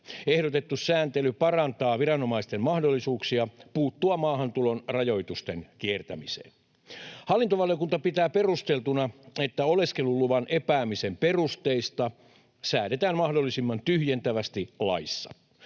Ehdotettu sääntely parantaa viranomaisten mahdollisuuksia puuttua maahantulon rajoitusten kiertämiseen. Hallintovaliokunta pitää perusteltuna, että oleskeluluvan epäämisen perusteista säädetään mahdollisimman tyhjentävästi laissa.